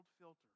filter